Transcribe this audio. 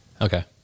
Okay